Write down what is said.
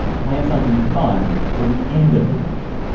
plan something fun for the end of your weekend.